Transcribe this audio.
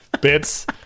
bits